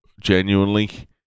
genuinely